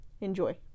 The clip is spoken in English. enjoy